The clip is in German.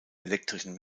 elektrischen